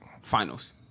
Finals